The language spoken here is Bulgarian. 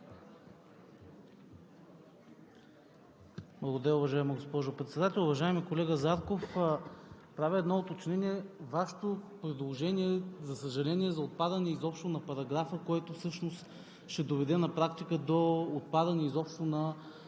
Благодаря, уважаема госпожо Председател. Уважаеми колега Зарков, правя едно уточнение. Вашето предложение, за съжаление, за отпадане изобщо на параграфа всъщност ще доведе на практика до отпадане изобщо на съдебния